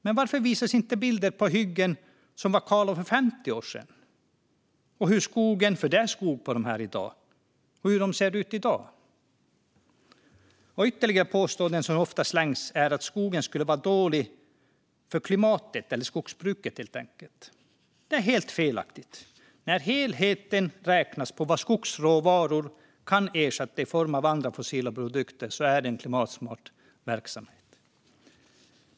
Men varför visas inte bilder på hyggen som var kala för 50 år sedan och hur skogen ser ut där i dag? Det är nämligen skog där i dag. Ytterligare påståenden som ofta slängs ut är att skogsbruket skulle vara dåligt för klimatet. Det är helt felaktigt. När helheten räknas i fråga om vad skogsråvaror kan ersätta i form av andra fossila produkter är det en klimatsmart verksamhet.